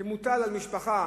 שמוטל על משפחה